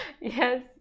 Yes